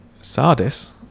Sardis